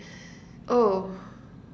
oh